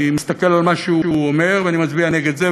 אני מסתכל על מה שהוא אומר ואני מצביע נגד זה,